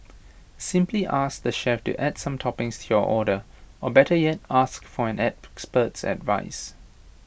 simply ask the chef to add some toppings to your order or better yet ask for an expert's advice